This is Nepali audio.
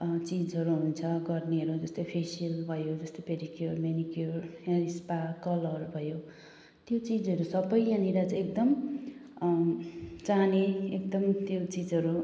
चिजहरू हुन्छ गर्नेहरू जस्तै फेसियल भयो जस्तै pedicure manicure hair spa colour भयो त्यो चिजहरू सबै यहाँनिर चाहिँ एकदम चाहने एकदमै त्यो चिजहरू